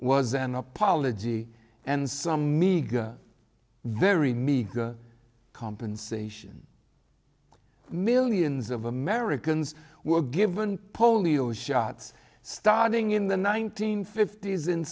was an apology and some meager very meager compensation millions of americans were given polio shots starting in the nineteen fifties and